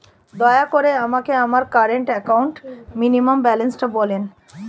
দয়া করে আমাকে আমার কারেন্ট অ্যাকাউন্ট মিনিমাম ব্যালান্সটা বলেন